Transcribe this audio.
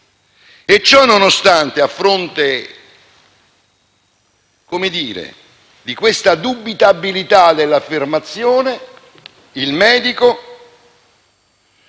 Ciononostante, a fronte di questa dubitabilità dell'affermazione, il medico